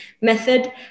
method